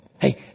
Hey